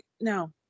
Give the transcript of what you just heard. no